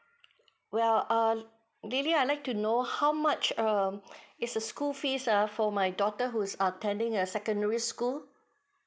well um lily I like to know how much um is a school fees uh for my daughter who's attending a secondary school